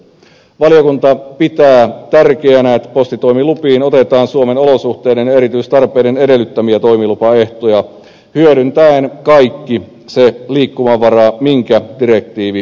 valiokunta pitää tärkeänä että postitoimilupiin otetaan suomen olosuhteiden erityistarpeiden edellyttämiä toimilupaehtoja hyödyntäen kaikki se liikkumavara minkä direktiivi mahdollistaa